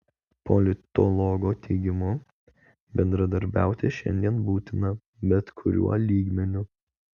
politologo teigimu bendradarbiauti šiandien būtina bet kuriuo lygmeniu